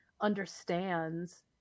understands